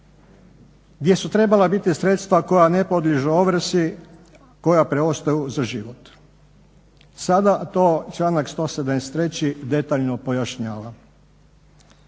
gdje su trebala biti sredstva koja ne podliježu ovrsi, koja preostaju za život. Sada to članak 173. detaljno pojašnjava.